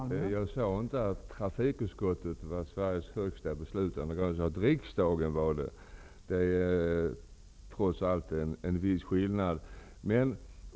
Fru talman! Jag sade inte att trafikutskottet var Sveriges högsta beslutande organ, utan att riksdagen var det. Det är trots allt en viss skillnad.